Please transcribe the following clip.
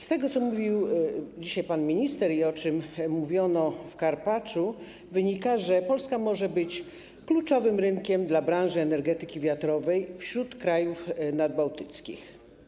Z tego, co mówił dzisiaj pan minister i o czym mówiono w Karpaczu, wynika, że Polska może być kluczowym rynkiem dla branży energetyki wiatrowej wśród krajów nadbałtyckich.